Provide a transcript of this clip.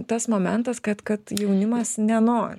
tas momentas kad kad jaunimas neno